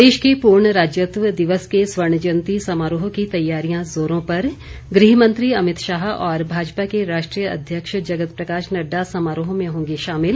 प्रदेश के पूर्ण राज्यत्व दिवस के स्वर्ण जयंती समारोह की तैयारियां जोरों पर गृह मंत्री अमित शाह और भाजपा के राष्ट्रीय अध्यक्ष जगत प्रकाश नड्डा समारोह में होंगे शामिल